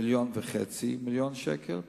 1.5 מיליון שקלים,